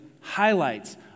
highlights